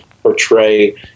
portray